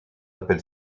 appel